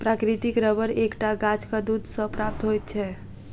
प्राकृतिक रबर एक टा गाछक दूध सॅ प्राप्त होइत छै